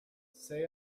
say